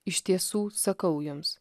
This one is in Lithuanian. iš tiesų sakau jums